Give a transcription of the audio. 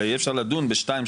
אלא יהיה אפשר לדון בשתיים,